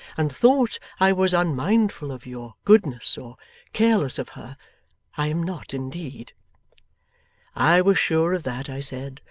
and thought i was unmindful of your goodness, or careless of her i am not indeed i was sure of that, i said,